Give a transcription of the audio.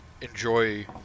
enjoy